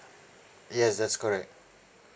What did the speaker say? yes that's correct